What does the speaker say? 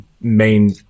main